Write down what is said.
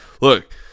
Look